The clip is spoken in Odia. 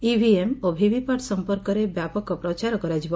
ଇଭିଏମ୍ ଓ ଭିଭିପାଟ୍ ସଂପର୍କରେ ବ୍ୟାପକ ପ୍ରଚାର କରାଯିବ